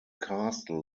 castle